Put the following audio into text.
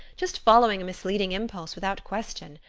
just following a misleading impulse without question.